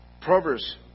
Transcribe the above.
Proverbs